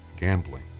gambling,